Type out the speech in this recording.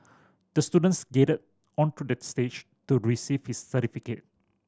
the student skated onto the stage to receive his certificate